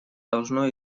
должно